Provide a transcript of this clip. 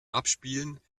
abspielen